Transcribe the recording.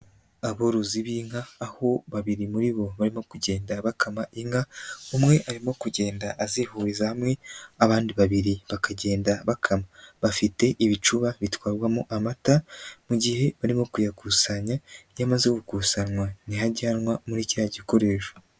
Aborozi b'inka aho babiri muri bo, barimo kugenda bakama inka, umwe arimo kugenda azihuriza hamwe, abandi babiri bakagenda bakama, bafite ibicuba bitwarwamo amata mu gihe barimo kuyakusanya, yamaze gukusanywa niho ajyanwa muri kiriya gikoresho.